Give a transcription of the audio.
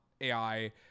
AI